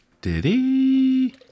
Diddy